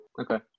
Okay